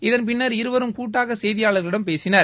இதன் பின்னர் இருவரும் கூட்டாக செய்தியாளர்களிடம் பேசினர்